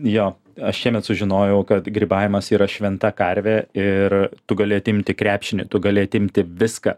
jo aš šiemet sužinojau kad grybavimas yra šventa karvė ir tu gali atimti krepšinį tu gali atimti viską